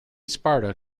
sparta